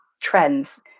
trends